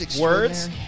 words